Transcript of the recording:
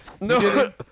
No